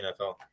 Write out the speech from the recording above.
NFL